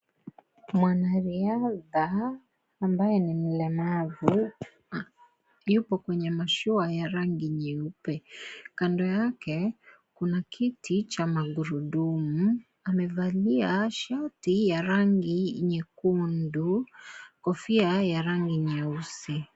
Mwanariadha ambaye ni mlemavu Yuko kwenye mashua ya rangi nyeupe, Kando yake kuna kiti cha magurudumu . Amevalia shati ya rangi nyekundu ,Kofia ya rangi nyeusi.